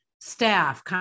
staff